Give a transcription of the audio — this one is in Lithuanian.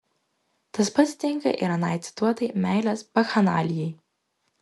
tas pat tinka ir anai cituotai meilės bakchanalijai